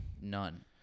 None